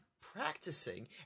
practicing